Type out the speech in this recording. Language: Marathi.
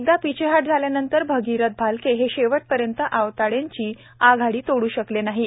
एकदा पिछेहाट झाल्यानंतर भगिरथ भालके हे शेवटपर्यंत आवताडेंची आघाडी तोडू शकले नाहीत